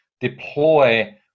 deploy